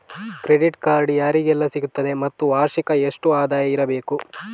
Credit card ಯಾರಿಗೆಲ್ಲ ಸಿಗುತ್ತದೆ ಮತ್ತು ವಾರ್ಷಿಕ ಎಷ್ಟು ಆದಾಯ ಇರಬೇಕು?